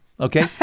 Okay